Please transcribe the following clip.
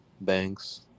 Banks